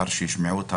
לאחר שישמעו".